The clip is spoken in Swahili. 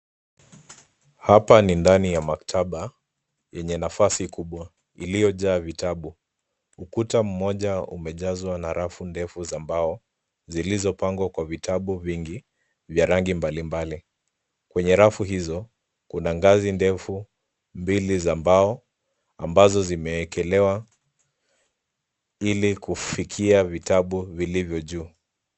Hapa ni ndani ya maktaba yenye nafasi kubwa iliyojaa vitabu. Ukuta mmoja umejazwa na rafu ndefu za mbao zilizopangwa kwa vitabu vingi vya rangi mbalimbali. Kwenye rafu hizo kuna ngazi ndefu mbili za mbao ambazo zimeekelewa ili kufikia vitabu vilivyo juu.